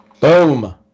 Boom